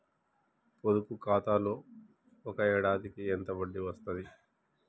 పొదుపు ఖాతాలో ఒక ఏడాదికి ఎంత వడ్డీ వస్తది?